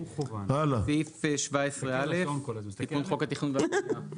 סעיף 17 (א) תיקון חוק התכנון והבנייה.